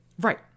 Right